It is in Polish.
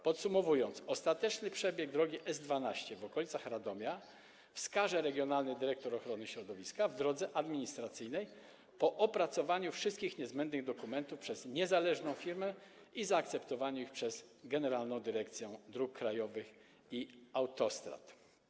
Podsumowując, ostateczny przebieg drogi S12 w okolicach Radomia wskaże regionalny dyrektor ochrony środowiska w drodze administracyjnej po opracowaniu wszystkich niezbędnych dokumentów przez niezależną firmę i zaakceptowaniu ich przez Generalną Dyrekcję Dróg Krajowych i Autostrad.